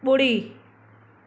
बु॒ड़ी